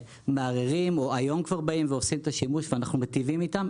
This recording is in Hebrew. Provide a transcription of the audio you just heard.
שמערערים או שעושים את השימוש ואנחנו מיטיבים איתם,